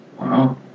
Wow